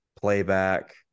playback